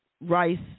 rice